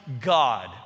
God